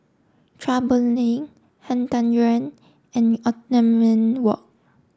Chua Boon Lay Han Tan Yuan and Othman Wok